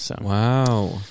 Wow